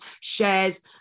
shares